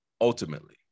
ultimately